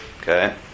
Okay